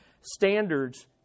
standards